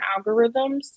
algorithms